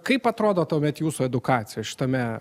kaip atrodo tuomet jūsų edukacija šitame